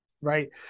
right